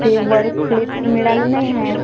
ते work place तर मिळालं नाही आहे